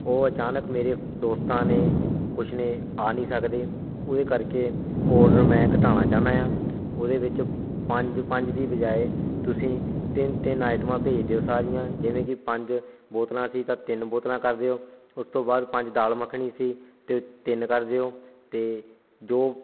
ਉਹ ਅਚਾਨਕ ਮੇਰੇ ਦੋਸਤਾਂ ਨੇ ਕੁਛ ਨੇ ਆ ਨਹੀਂ ਸਕਦੇ ਉਹਦੇ ਕਰਕੇ ਉਹ ਔਡਰ ਮੈਂ ਘਟਾਉਣਾ ਚਾਹੁੰਦਾ ਹਾਂ ਉਹਦੇ ਵਿੱਚ ਪੰਜ ਪੰਜ ਦੀ ਬਜਾਏ ਤੁਸੀਂ ਤਿੰਨ ਤਿੰਨ ਆਈਟਮਾਂ ਭੇਜ ਦਿਓ ਸਾਰੀਆਂ ਜਿਵੇਂ ਕਿ ਪੰਜ ਬੋਤਲਾਂ ਸੀ ਤਾਂ ਤਿੰਨ ਬੋਤਲਾਂ ਕਰ ਦਿਓ ਉਸ ਤੋਂ ਬਾਅਦ ਪੰਜ ਦਾਲ ਮੱਖਣੀ ਸੀ ਅਤੇ ਤਿੰਨ ਕਰ ਦਿਓ ਅਤੇ ਜੋ